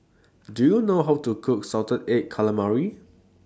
Do YOU know How to Cook Salted Egg Calamari